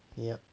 yerp